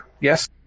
yes